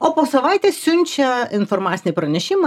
o po savaitės siunčia informacinį pranešimą